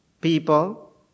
people